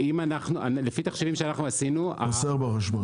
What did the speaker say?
לפי תחשיבים שאנחנו עשינו -- חוסך בחשמל.